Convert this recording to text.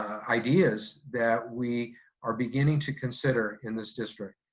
ideas that we are beginning to consider in this district.